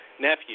nephew